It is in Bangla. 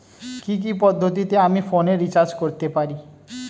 কি কি পদ্ধতিতে আমি ফোনে রিচার্জ করতে পারি?